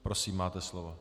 Prosím, máte slovo.